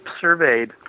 surveyed